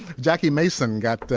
jackie mason got